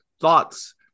thoughts